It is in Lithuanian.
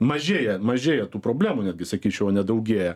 mažėja mažėja tų problemų netgi sakyčiau o nedaugėja